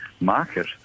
market